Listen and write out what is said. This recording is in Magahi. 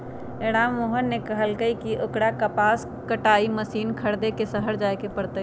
राममोहन ने कहल कई की ओकरा कपास कटाई मशीन खरीदे शहर जाय पड़ तय